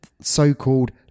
so-called